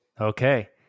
Okay